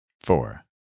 Four